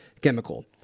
chemical